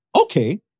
Okay